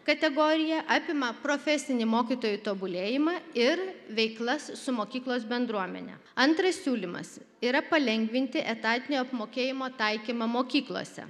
kategorija apima profesinį mokytojų tobulėjimą ir veiklas su mokyklos bendruomene antras siūlymas yra palengvinti etatinio apmokėjimo taikymą mokyklose